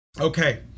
Okay